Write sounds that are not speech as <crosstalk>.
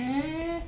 <noise>